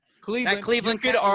Cleveland